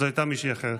אז הייתה מישהי אחרת.